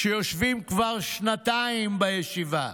שיושבים כבר שנתיים בישיבה.